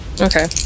Okay